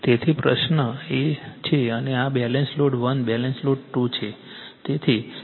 તેથી પ્રશ્ન છે અને આ બેલેન્સ લોડ 1 બેલેન્સ લોડ 2 છે